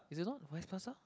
is it not West Plaza